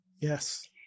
Yes